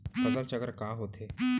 फसल चक्र का होथे?